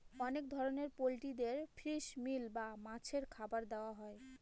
অনেক ধরনের পোল্ট্রিদের ফিশ মিল বা মাছের খাবার দেওয়া হয়